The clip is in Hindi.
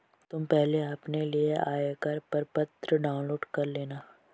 तुम पहले अपने लिए आयकर प्रपत्र डाउनलोड कर लेना